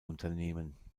unternehmen